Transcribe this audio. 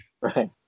Right